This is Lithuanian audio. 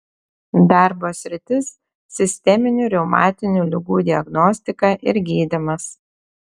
darbo sritis sisteminių reumatinių ligų diagnostika ir gydymas